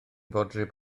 fodryb